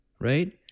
right